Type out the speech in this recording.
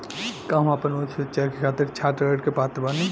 का हम आपन उच्च शिक्षा के खातिर छात्र ऋण के पात्र बानी?